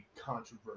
controversial